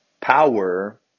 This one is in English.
Power